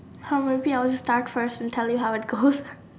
how maybe I'll just start first and tell you how it goes